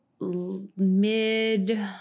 mid